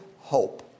hope